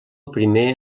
primer